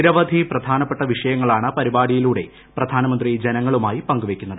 നിരവധി പ്രധാനപ്പെട്ട വിഷയങ്ങളാണ് പരിപാടിയിലൂടെ പ്രധാനമന്ത്രി ജനങ്ങളുമായി പങ്കുവയ്ക്കുന്നത്